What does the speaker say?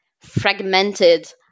fragmented